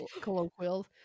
colloquial